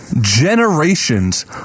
generations